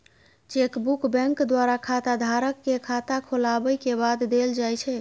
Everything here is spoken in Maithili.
चेकबुक बैंक द्वारा खाताधारक कें खाता खोलाबै के बाद देल जाइ छै